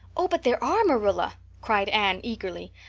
oh, but there are, marilla, cried anne eagerly.